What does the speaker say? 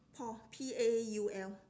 paul P A U L